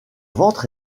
ventre